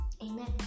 amen